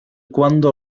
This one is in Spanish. cuando